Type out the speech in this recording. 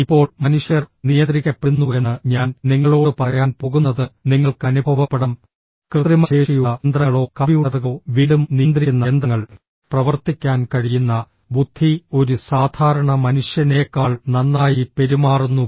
ഇപ്പോൾ മനുഷ്യർ നിയന്ത്രിക്കപ്പെടുന്നുവെന്ന് ഞാൻ നിങ്ങളോട് പറയാൻ പോകുന്നത് നിങ്ങൾക്ക് അനുഭവപ്പെടാം കൃത്രിമ ശേഷിയുള്ള യന്ത്രങ്ങളോ കമ്പ്യൂട്ടറുകളോ വീണ്ടും നിയന്ത്രിക്കുന്ന യന്ത്രങ്ങൾ പ്രവർത്തിക്കാൻ കഴിയുന്ന ബുദ്ധി ഒരു സാധാരണ മനുഷ്യനേക്കാൾ നന്നായി പെരുമാറുന്നു